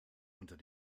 unter